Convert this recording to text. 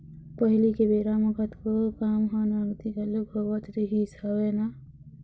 पहिली के बेरा म कतको काम ह नगदी घलोक होवत रिहिस हवय ना